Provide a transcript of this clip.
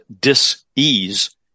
dis-ease